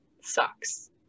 sucks